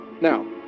Now